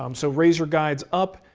um so, razor guides up,